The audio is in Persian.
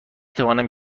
توانم